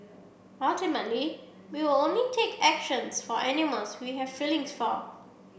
ultimately we will only take actions for animals we have feelings for